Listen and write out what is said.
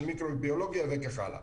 של מיקרו-ביולוגיה וכך הלאה.